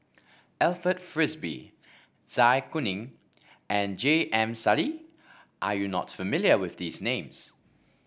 Alfred Frisby Zai Kuning and J M Sali are you not familiar with these names